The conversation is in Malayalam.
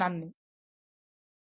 നന്ദി